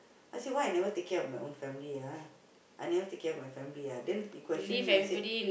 I say why I never take care of my own family ah I never take care of my family ah then he question me he said